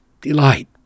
delight